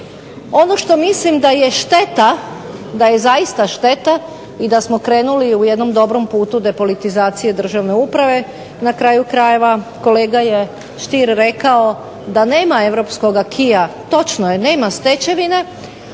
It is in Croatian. Ovo što mislim da je zaista šteta i da smo krenuli u jednom dobrom putu depolitizacije državne uprave, na kraju krajeva kolega Stier je rekao da nema Europskog acquisa, točno je nema stečevine